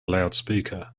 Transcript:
loudspeaker